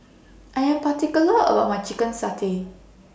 I Am particular about My Chicken Satay